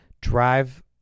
drive